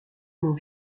mont